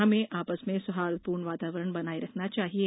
हमें आपस में सौहार्दपूर्ण वातावरण बनाये रखना चाहिये